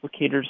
applicators